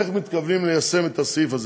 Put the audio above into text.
איך מתכוונים ליישם את הסעיף הזה,